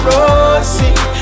Rosie